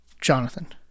Jonathan